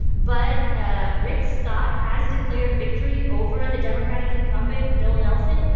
but ah rick scott has declared victory over the democratic incumbent, bill nelson.